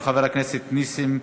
של חבר הכנסת נסים זאב.